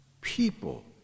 people